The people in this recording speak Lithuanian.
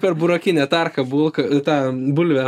per burokinę tarką bulką tą bulvę